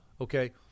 Okay